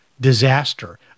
disaster